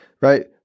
Right